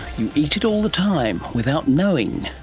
you eat it all the time without knowing,